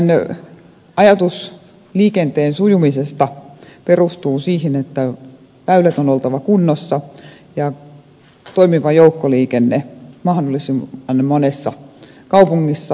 meidän ajatuksemme liikenteen sujumisesta perustuu siihen että väylien on oltava kunnossa ja toimiva joukkoliikenne mahdollisimman monessa kaupungissa ja monella alueella